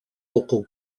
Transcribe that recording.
local